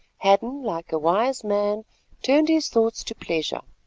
hadden like a wise man turned his thoughts to pleasure.